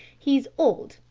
he's old,